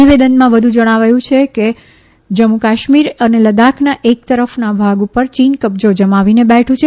નિવેદનમાં વધુ જણાવ્યું છે કે જમ્મુ કાશ્મીર અને લદ્દાખના એક તરફ ભાગ ઉપર ચીન કબજો જમાવીને બેઠું છે